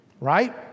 right